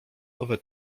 owe